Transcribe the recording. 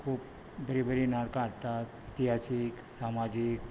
खूब बरी बरी नाटकां हाडटात इतिहासीक समाजीक